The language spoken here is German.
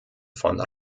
von